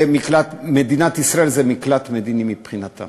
מדינת ישראל היא מקלט מדיני מבחינתם.